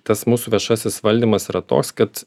tas mūsų viešasis valdymas yra toks kad